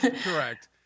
Correct